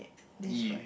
this right